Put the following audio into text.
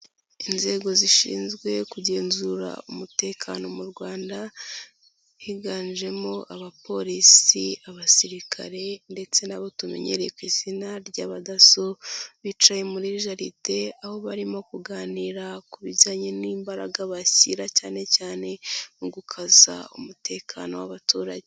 Inzego zishinzwe kugenzura umutekano mu Rwanda higanjemo abapolisi, abasirikare ndetse n'abo tumenyereye ku izina ry'abadaso, bicaye muri jaride aho barimo kuganira ku bijyanye n'imbaraga bashyira cyane cyane mu gukaza umutekano w'abaturage.